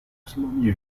maximum